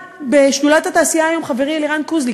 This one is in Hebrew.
בשדולת התעשייה היה היום חברי אלירן קוזליק,